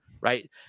right